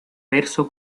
verso